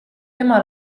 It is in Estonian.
tema